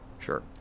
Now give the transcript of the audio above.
Sure